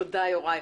תודה, יוראי.